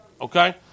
Okay